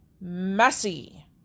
Messy